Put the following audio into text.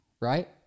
Right